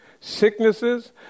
Sicknesses